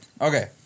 Okay